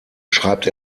schreibt